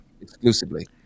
exclusively